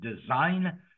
design